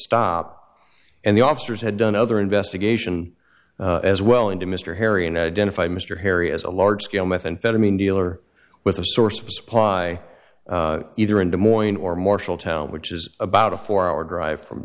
stop and the officers had done other investigation as well into mr harry and identified mr harry as a large scale methamphetamine dealer with a source of supply either in des moines or marshall town which is about a four hour drive from